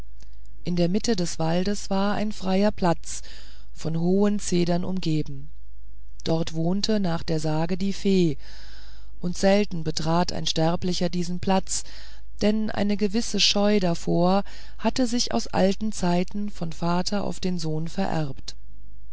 in der mitte des waldes war ein freier platz von hohen zedern umgeben dort wohnte nach der sage die fee und selten betrat ein sterblicher diesen platz denn eine gewisse scheue davor hatte sich aus alten zeiten vom vater auf den sohn vererbt